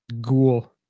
ghoul